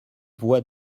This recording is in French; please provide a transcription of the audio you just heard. voie